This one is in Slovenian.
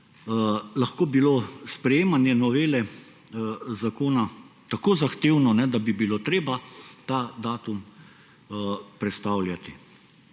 lahko bilo sprejemanje novele zakona tako zahtevno, da bi bilo treba ta datum prestavljati.